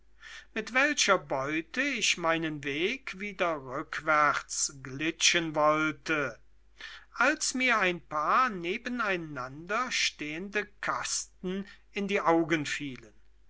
mit welcher beute ich meinen weg wieder rückwärts glitschen wollte als mir ein paar nebeneinanderstehende kasten in die augen fielen